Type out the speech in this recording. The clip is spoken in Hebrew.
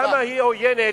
כמה היא עוינת,